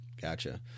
Gotcha